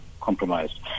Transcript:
compromised